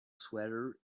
sweater